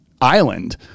island